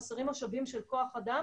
חסרים משאבים של כוח אדם,